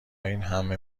اینهمه